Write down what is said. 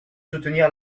soutenir